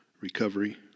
Recovery